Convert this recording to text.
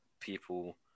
people